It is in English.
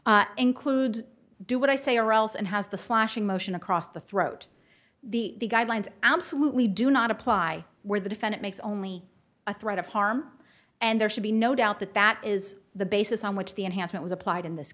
murder includes do what i say or else and has the slashing motion across the throat the guidelines absolutely do not apply where the defendant makes only a threat of harm and there should be no doubt that that is the basis on which the enhancement was applied in this